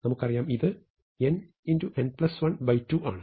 നമുക്കറിയാം ഇത് n n12 ആണ്